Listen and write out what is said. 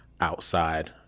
outside